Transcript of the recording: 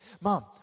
mom